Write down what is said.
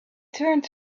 turned